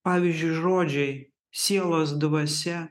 pavyzdžiui žodžiai sielos dvasia